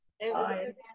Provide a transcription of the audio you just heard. Bye